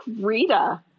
Rita